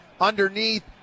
underneath